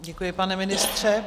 Děkuji, pane ministře.